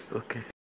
okay